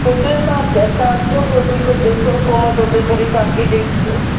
total मां तव्हां अचो ॿियो बि कुझु ॾिसो पोइ मां टोटल करे तव्हां खे ॾेई छॾींदमि